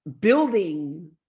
building